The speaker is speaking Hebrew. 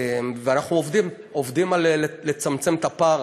ואנחנו עובדים, עובדים על לצמצם את הפער.